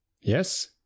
Yes